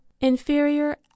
inferior